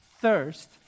thirst